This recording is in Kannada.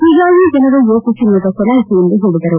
ಹೀಗಾಗಿ ಜನರು ಯೋಚಿಸಿ ಮತ ಚಲಾಯಿಸಿ ಎಂದು ಹೇಳಿದರು